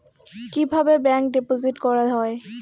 কিভাবে ব্যাংকে ডিপোজিট করা হয়?